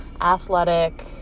athletic